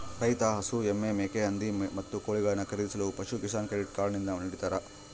ರೈತ ಹಸು, ಎಮ್ಮೆ, ಮೇಕೆ, ಹಂದಿ, ಮತ್ತು ಕೋಳಿಗಳನ್ನು ಖರೀದಿಸಲು ಪಶುಕಿಸಾನ್ ಕ್ರೆಡಿಟ್ ಕಾರ್ಡ್ ನಿಂದ ನಿಡ್ತಾರ